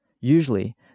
Usually